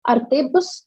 ar tai bus